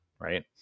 right